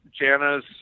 Jana's